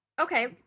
Okay